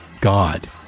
God